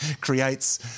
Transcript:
creates